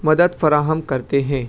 مدد فراہم کرتے ہیں